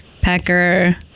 pecker